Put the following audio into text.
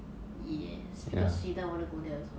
yes because sweden I wanna go there also